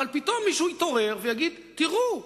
אבל פתאום מישהו יתעורר ויגיד: תראו,